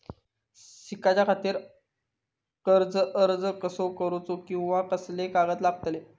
शिकाच्याखाती कर्ज अर्ज कसो करुचो कीवा कसले कागद लागतले?